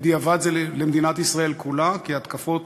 בדיעבד, זה למדינת ישראל כולה, כי ההתקפות